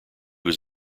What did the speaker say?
was